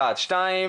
דבר שני,